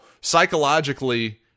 psychologically